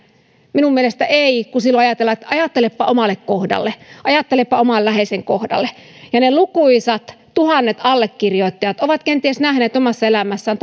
minun mielestäni ei kun silloin ajatellaan että ajattelepa omalle kohdalle ajattelepa oman läheisen kohdalle ja ne lukuisat tuhannet allekirjoittajat ovat kenties nähneet omassa elämässään